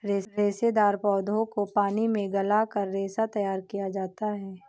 रेशेदार पौधों को पानी में गलाकर रेशा तैयार किया जाता है